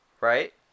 right